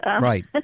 right